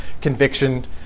conviction